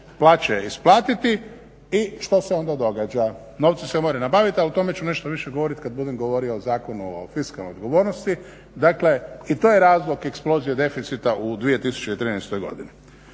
plaće isplatiti i što se onda događa? Novci se moraju nabaviti, ali o tome ću nešto više govoriti kada budem govorio o Zakonu o fiskalnoj odgovornosti. Dakle, i to je razlog eksplozije deficita u 2013. godini.